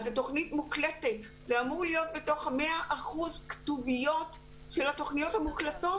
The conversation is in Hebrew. זו תכנית מוקלטת וזה אמור להיות בתוך ה-100% כתוביות של התכניות המוקלטות